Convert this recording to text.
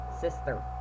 Sister